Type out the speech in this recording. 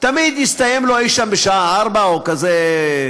תמיד יסתיים לו אי-שם בשעה 16:00, או כזה,